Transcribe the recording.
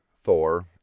Thor